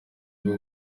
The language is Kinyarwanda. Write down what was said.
bwo